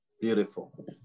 Beautiful